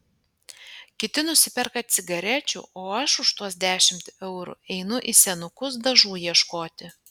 kiti nusiperka cigarečių o aš už tuos dešimt eurų einu į senukus dažų ieškoti